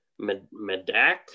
medak